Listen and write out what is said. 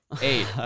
Eight